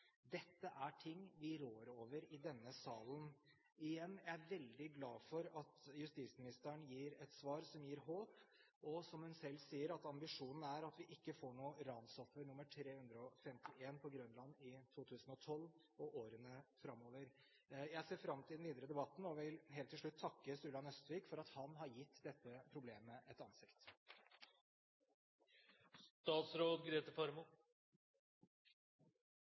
Dette er ting vi rår over i denne salen. Igjen – jeg er veldig glad for at justisministeren gir et svar som gir håp, og som hun selv sier, at ambisjonen er at vi ikke får noen flere tilfeller som ransoffer nr. 351 på Grønland i 2012 og årene framover. Jeg ser fram til den videre debatten og vil helt til slutt takke Sturla Nøstvik for at han har gitt dette problemet et